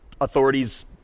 authorities